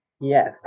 Yes